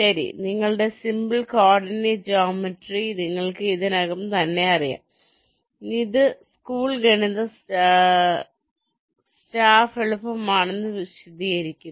ശരി നിങ്ങളുടെ simple coordinate geometry നിങ്ങൾക്ക് ഇതിനകം തന്നെ അറിയാം ഇത് സ്കൂൾ ഗണിത സ്റ്റാഫ് എളുപ്പമാണെന്ന് അർത്ഥമാക്കുന്നു